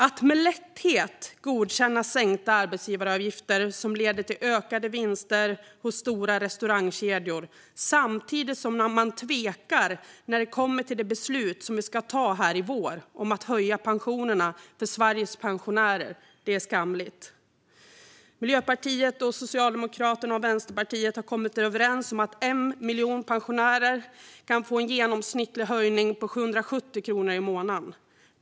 Att med lätthet godkänna sänkta arbetsgivaravgifter, som leder till ökade vinster hos stora restaurangkedjor, samtidigt som man tvekar när det gäller det beslut som ska tas här i vår om att höja pensionerna för Sveriges pensionärer är skamligt. Miljöpartiet, Socialdemokraterna och Vänsterpartiet har kommit överens om att 1 miljon pensionärer kan få en genomsnittlig höjning på 770 kronor i månaden.